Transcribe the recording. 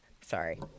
Sorry